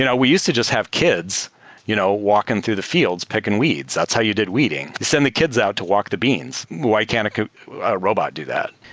you know we used to just have kids you know walking through the fi elds picking weeds. that's how you did weeding. send the kids out to walk the beans. why can't a robot do that?